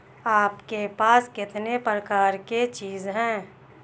आपके पास कितने प्रकार के बीज हैं?